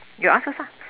you ask first lah